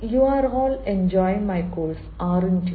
again you are all enjoying my course aren't U